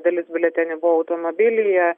dalis biuletenių buvo automobilyje